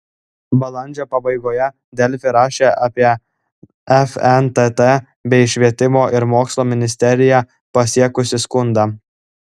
balandžio pabaigoje delfi rašė apie fntt bei švietimo ir mokslo ministeriją pasiekusį skundą